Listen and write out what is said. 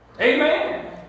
Amen